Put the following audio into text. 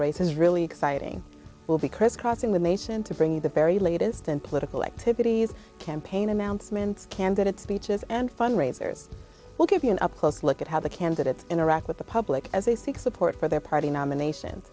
race is really exciting will be crisscrossing the mason to bring you the very latest in political activities campaign announcements candidates speeches and fundraisers will give you an up close look at how the candidates interact with the public as they seek support for their party nomination